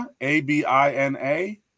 A-B-I-N-A